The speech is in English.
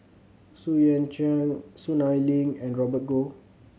Xu Yuan Zhen Soon Ai Ling and Robert Goh